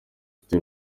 ufite